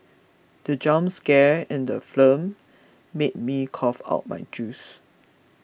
the jump scare in the made me cough out my juice